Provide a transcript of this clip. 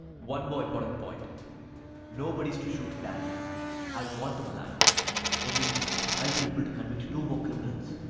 one more important point nobody is to shoot danny i want him alive only then i'll be able to convict two more criminals.